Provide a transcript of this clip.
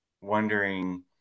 wondering